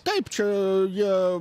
taip čia jie